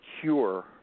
cure